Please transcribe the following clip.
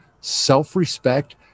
self-respect